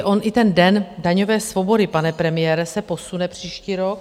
On i ten den daňové svobody, pane premiére, se posune příští rok.